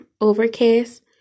Overcast